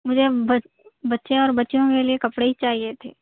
مجھے بچ بچے اور بچیوں کے لیے کپڑے ہی چاہیے تھے